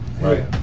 right